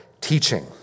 teaching